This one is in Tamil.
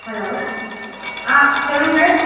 ஹலோ சொல்லுங்க